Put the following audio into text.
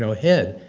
so ahead,